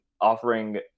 offering